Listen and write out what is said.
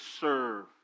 serve